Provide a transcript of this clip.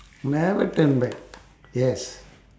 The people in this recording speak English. never turn back yes